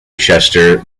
chester